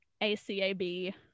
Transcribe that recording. A-C-A-B